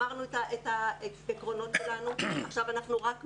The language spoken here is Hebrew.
אמרנו את העקרונות שלנו, עכשיו אנחנו רק מקשיבים,